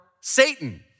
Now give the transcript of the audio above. Satan